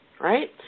right